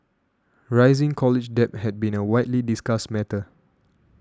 rising college debt has been a widely discussed matter